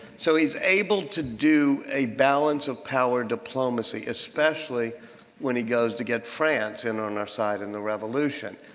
so he's able to do a balance of power diplomacy, especially when he goes to get france in on our side in the revolution.